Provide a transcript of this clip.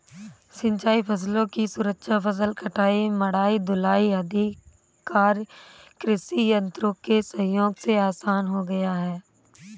सिंचाई फसलों की सुरक्षा, फसल कटाई, मढ़ाई, ढुलाई आदि कार्य कृषि यन्त्रों के सहयोग से आसान हो गया है